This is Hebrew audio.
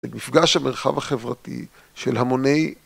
את מפגש המרחב החברתי של המוני